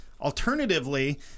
alternatively